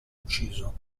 ucciso